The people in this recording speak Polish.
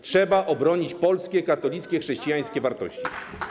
Trzeba obronić polskie, katolickie, chrześcijańskie wartości.